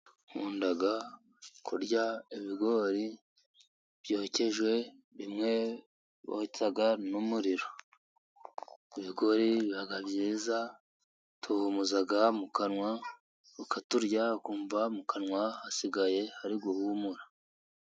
Nkunda kurya ibigori byokejwe, bimwe botsa n'umuriro. Ibigori biba byiza tuhumuza mu kanwa, ukaturya ukumva mu kanwa hasigaye hari guhumura.